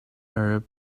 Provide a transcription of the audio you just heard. arab